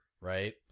Right